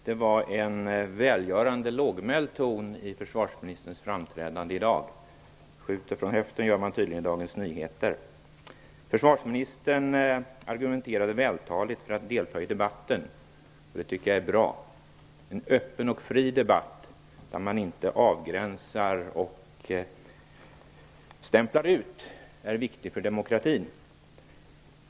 Herr talman! Det var en välgörande lågmäld ton i försvarsministerns framträdande i dag. Skjuter från höften gör man tydligen i Dagens Nyheter. Försvarsministern argumenterade vältaligt för ett deltagande i debatten, vilket jag tycker är bra. En öppen och fri debatt utan avgränsningar är viktig för demokratin.